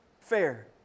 fair